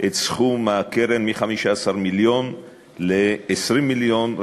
את סכום הקרן מ-15 מיליון ל-20 מיליון.